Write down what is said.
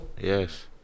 Yes